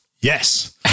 Yes